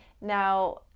Now